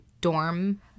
dorm